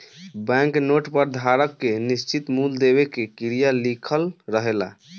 bank note पर धारक के निश्चित मूल देवे के क्रिया लिखल रहेला